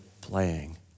playing